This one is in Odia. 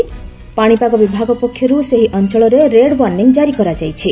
ପାଣିପାଗ ବିଭାଗ ପକ୍ଷରୁ ସେହି ଅଞ୍ଚଳରେ ରେଡ୍ ୱାର୍ଷ୍ଣିଂ ଜାରି କରାଯାଇଛି